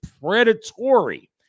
predatory